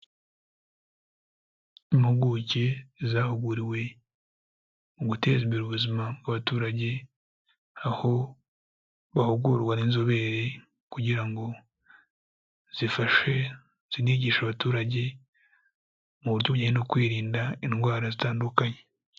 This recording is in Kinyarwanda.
Impuguke zahuguriwe mu guteza imbere ubuzima bw'abaturage, aho bahugurwa n'inzobere, kugira ngo zifashe zinigishe abaturage, mu buryo bujyanye no kwirinda, indwara zitandukanye.